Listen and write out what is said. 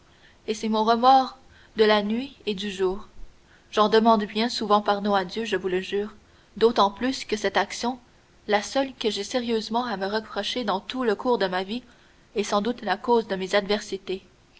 et c'est mon remords de la nuit et du jour j'en demande bien souvent pardon à dieu je vous le jure d'autant plus que cette action la seule que j'aie sérieusement à me reprocher dans tout le cours de ma vie est sans doute la cause de mes adversités